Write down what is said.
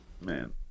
man